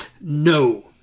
No